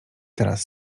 teraz